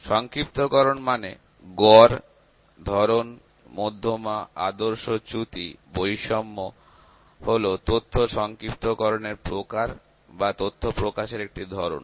সংক্ষিপ্তকরণ মানে মধ্যক ধরন মধ্যমা ব্যত্যয় প্রমাপ ভেদমান হল তথ্য সংক্ষিপ্তকরণের প্রকার বা তথ্য প্রকাশের একটি ধরন